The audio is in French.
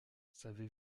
savez